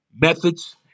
Methods